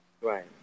Right